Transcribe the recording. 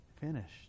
finished